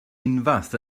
unfath